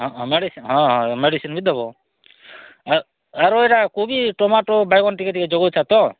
ହଁ ହଁ ମେଡ଼ିସିନ୍ ହଁ ହଁ ମେଡ଼ିସିନ୍ ବି ଦେବ ଆରୁ ଏଇଟା କୋବି ଟମାଟୋ ବାଇଙ୍ଗନ୍ ଟିକେ ଟିକେ ଜଗାଉଛେ ତ